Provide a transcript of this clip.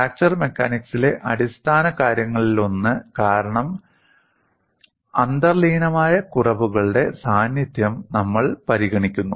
fracture മെക്കാനിക്സിലെ അടിസ്ഥാന കാര്യങ്ങളിലൊന്ന് കാരണം അന്തർലീനമായ കുറവുകളുടെ സാന്നിധ്യം നമ്മൾ പരിഗണിക്കുന്നു